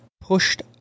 pushed